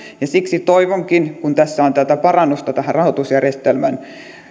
ja siksi toivonkin kun tässä on tätä parannusta tähän rahoitusjärjestelmään